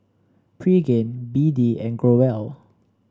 Pregain B D and Growell